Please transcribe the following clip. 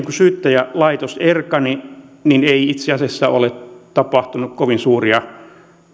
kun syyttäjälaitos erkani ei itse asiassa ole tapahtunut kovin suuria